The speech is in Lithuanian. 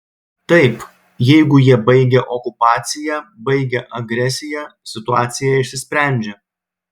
taip jeigu jie baigia okupaciją baigia agresiją situacija išsisprendžia